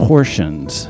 portions